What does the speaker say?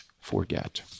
forget